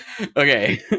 Okay